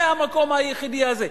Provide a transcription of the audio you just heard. זה המקום היחידי הזה?